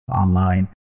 online